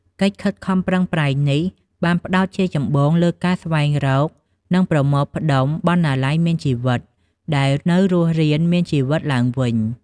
កិច្ចខិតខំប្រឹងប្រែងនេះ បានផ្តោតជាចម្បងលើការស្វែងរក និងប្រមូលផ្តុំ "បណ្ណាល័យមានជីវិត" ដែលនៅរស់រានមានជីវិតឡើងវិញ។